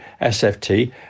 sft